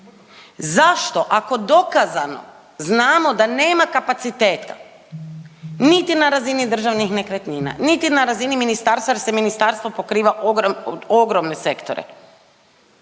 zašto ako dokazano znamo da nema kapaciteta niti na razini Državnih nekretnina niti na razini ministarstva jer se ministarstvo pokriva ogromne sektore